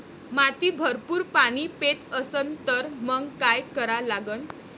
माती भरपूर पाणी पेत असन तर मंग काय करा लागन?